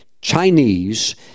Chinese